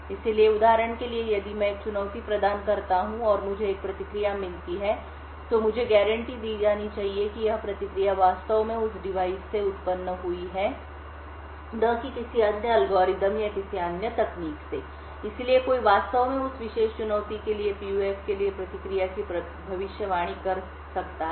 इसलिए उदाहरण के लिए यदि मैं एक चुनौती प्रदान करता हूं और मुझे एक प्रतिक्रिया मिलती है तो मुझे गारंटी दी जानी चाहिए कि यह प्रतिक्रिया वास्तव में उस डिवाइस से उत्पन्न हुई है न कि किसी अन्य एल्गोरिदम या किसी अन्य तकनीक से इसलिए कोई वास्तव में उस विशेष चुनौती के लिए PUF के लिए प्रतिक्रिया की भविष्यवाणी कर सकता है